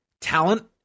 talent